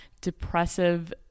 depressive